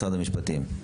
משרד המשפטים,